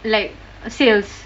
like sales